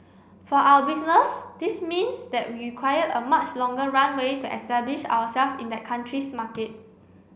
for our business this means that we require a much longer runway to establish ourself in that country's market